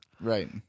Right